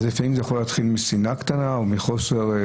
לפעמים זה יכול להתחיל משנאה קטנה או מהסתה,